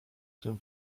tym